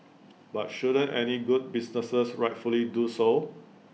but shouldn't any good businesses rightfully do so